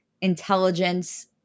intelligence